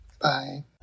Bye